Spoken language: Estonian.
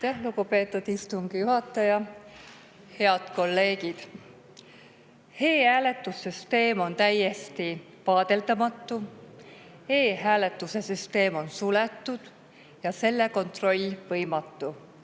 lugupeetud istungi juhataja! Head kolleegid! E‑hääletuse süsteem on täiesti vaadeldamatu, e‑hääletuse süsteem on suletud ja selle kontroll